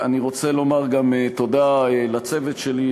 אני רוצה לומר תודה גם לצוות שלי,